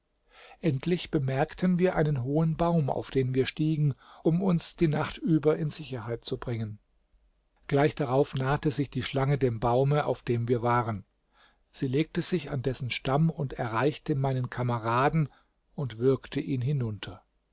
endlich bemerkten wir einen hohen baum auf den wir stiegen um uns die nacht über in sicherheit zu bringen gleich darauf nahte sich die schlange dem baume auf dem wir waren sie legte sich an dessen stamm und erreichte meinen kameraden und würgte ihn hinunter